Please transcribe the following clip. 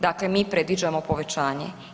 Dakle, mi predviđamo povećanje.